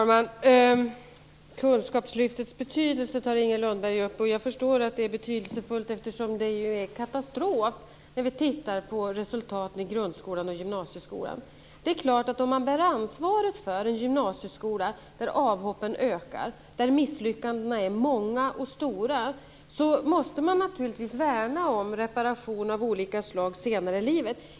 Fru talman! Inger Lundberg tar upp Kunskapslyftets betydelse. Jag förstår att det är betydelsefullt, eftersom vi ser att resultaten i grundskolan och gymnasieskolan är en katastrof. Om man bär ansvaret för en gymnasieskola där avhoppen ökar och där misslyckandena är många och stora måste man naturligtvis värna om reparation av olika slag senare i livet.